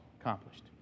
Accomplished